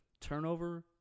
turnover